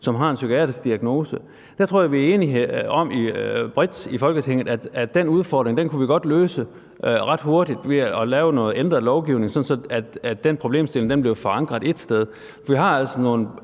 som har en psykiatrisk diagnose. Der tror jeg, at vi bredt i Folketinget er enige om, at vi godt kunne løse den udfordring ret hurtigt ved at lave noget ændret lovgivning, sådan at den problemstilling blev forankret ét sted. Vi har altså nogle